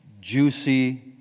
juicy